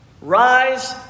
Rise